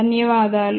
ధన్యవాదాలు